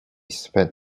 spent